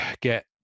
get